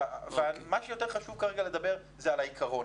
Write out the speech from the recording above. מה שחשוב יותר לדבר עליו זה העיקרון.